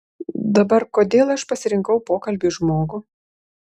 dabar kodėl aš pasirinkau pokalbiui žmogų